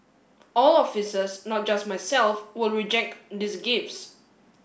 all officers not just myself will reject these gifts